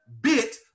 bit